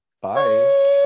Bye